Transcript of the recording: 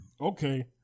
Okay